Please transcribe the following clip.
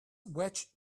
wedge